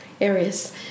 areas